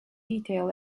detail